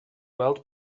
gweld